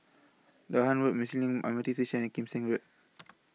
Dahan Road Marsiling M R T Station and Kim Seng Road